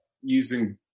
using